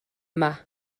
yma